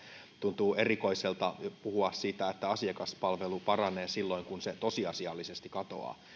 tuntuu erikoiselta puhua siitä että asiakaspalvelu paranee silloin kun se tosiasiallisesti katoaa